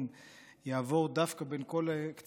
יעבור דווקא בין כל קציני צה"ל